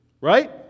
right